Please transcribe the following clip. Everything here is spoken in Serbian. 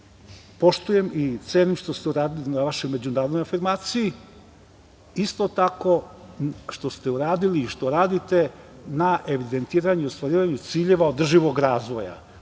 razume. Poštujem i cenim što ste radili na vašoj međunarodnoj afirmaciji. Isto tako, što ste uradili i što radite na evidentiranju ciljeva održivog razvoja.